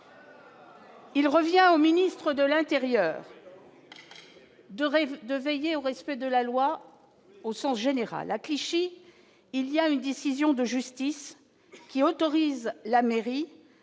Il revient au ministre de l'Intérieur de rêve de veiller au respect de la loi. Au sens général à Clichy, il y a une décision de justice qui autorise la mairie